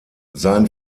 sein